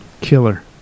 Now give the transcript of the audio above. Killer